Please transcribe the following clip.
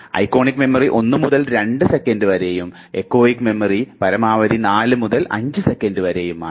iconic memory 1 മുതൽ 2 second വരെയും echoic memory പരമാവധി 4 മുതൽ 5 സെക്കൻറ് വരെയുമാണ്